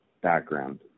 background